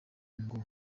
ngo